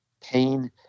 pain